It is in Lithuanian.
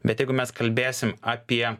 bet jeigu mes kalbėsim apie